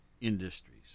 industries